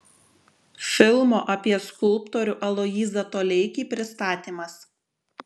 filmo apie skulptorių aloyzą toleikį pristatymas